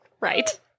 right